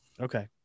Okay